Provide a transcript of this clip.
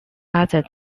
other